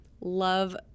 love